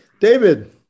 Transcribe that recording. David